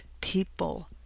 people